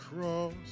cross